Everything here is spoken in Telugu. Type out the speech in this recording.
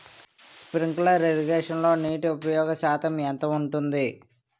స్ప్రింక్లర్ ఇరగేషన్లో నీటి ఉపయోగ శాతం ఎంత ఉంటుంది?